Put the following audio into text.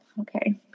Okay